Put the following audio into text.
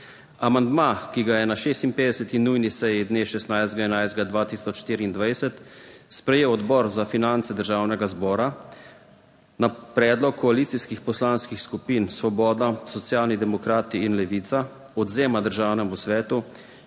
Amandma, ki ga je na 56. nujni seji dne 16. 11. 2024 sprejel Odbor za finance Državnega zbora, na predlog koalicijskih Poslanskih skupin Svoboda, Socialni demokrati in Levica odvzema Državnemu svetu